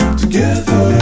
together